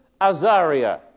Azaria